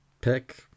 pick